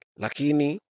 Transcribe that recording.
Lakini